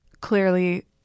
Clearly